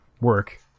work